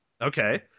Okay